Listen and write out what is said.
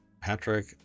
patrick